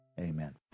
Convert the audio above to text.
amen